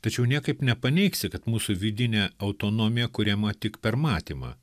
tačiau niekaip nepaneigsi kad mūsų vidinė autonomija kuriama tik per matymą